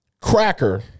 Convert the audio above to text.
cracker